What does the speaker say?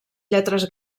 lletres